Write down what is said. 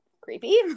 creepy